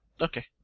Okay